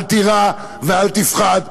אל תירא ואל תפחד,